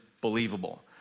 believable